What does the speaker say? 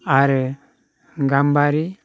आरो गाम्बारि